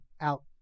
out